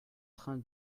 train